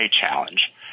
challenge